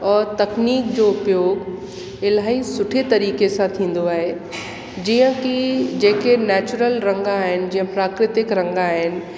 और तकनीक जो उपयोग इलाही सुठी तरीक़े सां कंदो आहे जीअं कि जेके नेचुरल रंग आहिनि जीअं प्राकृतिक रंग आहिनि